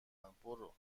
برو، برو